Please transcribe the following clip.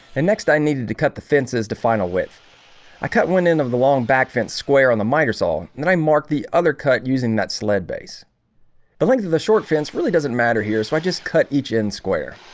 and next i needed to cut the fences to final width i cut one end of the long back fence square on the miter saw and then i mark the other cut using that sled base the but length of the short fence really doesn't matter here. so i just cut each in square